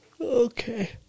Okay